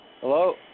hello